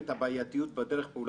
כפי שאמרתי,